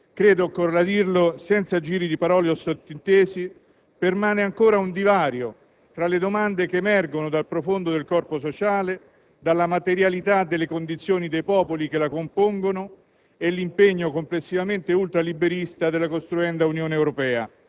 ed il suo consistente allargamento territoriale, permane ancora (credo occorra dirlo senza giri di parole o sottintesi) un divario tra le domande che emergono dal profondo del corpo sociale, dalla materialità delle condizioni dei popoli che la compongono